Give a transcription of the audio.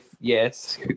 Yes